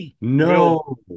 No